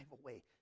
away